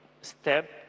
step